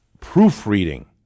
proofreading